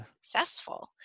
successful